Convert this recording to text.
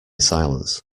silence